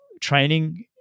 training